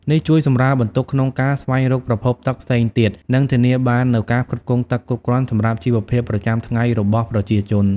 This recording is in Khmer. នេះជួយសម្រាលបន្ទុកក្នុងការស្វែងរកប្រភពទឹកផ្សេងទៀត និងធានាបាននូវការផ្គត់ផ្គង់ទឹកគ្រប់គ្រាន់សម្រាប់ជីវភាពប្រចាំថ្ងៃរបស់ប្រជាជន។